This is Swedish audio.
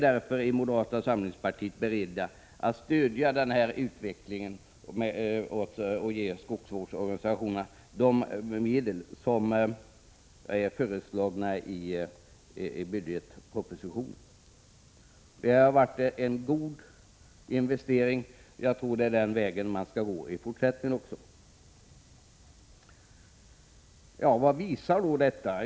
I moderata samlingspartiet är vi därför beredda att stödja den här utvecklingen och ge skogsvårdsorganisationerna de medel som föreslås i budgetpropositionen. Det är en god investering, och jag tror att vi skall gå den vägen även i fortsättningen. Vad visar då detta?